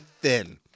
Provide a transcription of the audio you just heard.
thin